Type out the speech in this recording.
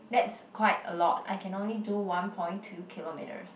that's quite a lot I can only do one point two kilometers